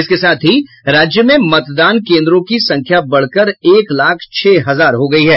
इसके साथ ही राज्य में मतदान केंद्रों की संख्या बढ़कर एक लाख छह हजार हो गयी है